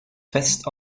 fest